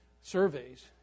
surveys